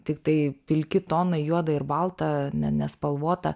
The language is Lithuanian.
tiktai pilki tonai juoda ir balta ne nespalvota